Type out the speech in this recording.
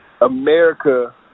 America